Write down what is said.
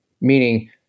meaning